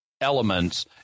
elements